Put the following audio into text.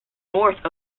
north